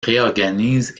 réorganise